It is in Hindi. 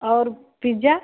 और पिज्जा